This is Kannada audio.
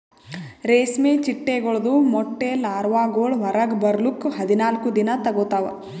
ರೇಷ್ಮೆ ಚಿಟ್ಟೆಗೊಳ್ದು ಮೊಟ್ಟೆ ಲಾರ್ವಾಗೊಳ್ ಹೊರಗ್ ಬರ್ಲುಕ್ ಹದಿನಾಲ್ಕು ದಿನ ತೋಗೋತಾವ್